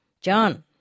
John